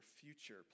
future